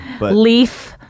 Leaf